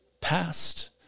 past